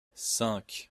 cinq